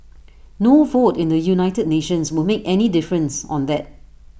no vote in the united nations will make any difference on that